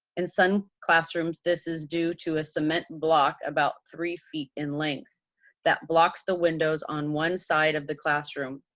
in some classrooms this is due to a cement block about three feet in length that blocks the windows on one side of the classroom.